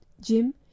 Jim